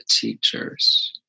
teachers